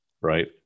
right